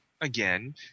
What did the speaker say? again